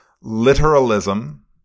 literalism